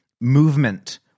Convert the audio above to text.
movement